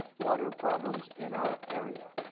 water problems in our area.